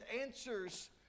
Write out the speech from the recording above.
answers